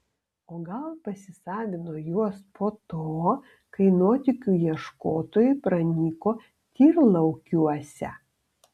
o gal pasisavino juos po to kai nuotykių ieškotojai pranyko tyrlaukiuose